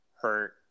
hurt